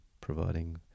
providing